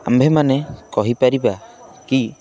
ଆମ୍ଭେମାନେ କହିପାରିବା କି